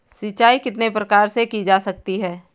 सिंचाई कितने प्रकार से की जा सकती है?